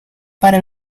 para